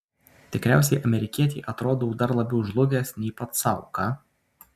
tikriausiai amerikietei atrodau dar labiau žlugęs nei pats sau ką